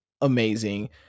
amazing